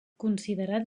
considerat